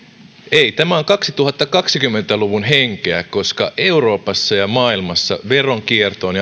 ei tämä on kaksituhattakaksikymmentä luvun henkeä koska euroopassa ja maailmassa veronkiertoon